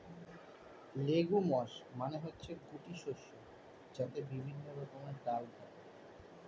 legumes মানে হচ্ছে গুটি শস্য যাতে বিভিন্ন রকমের ডাল থাকে